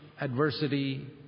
adversity